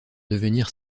devenir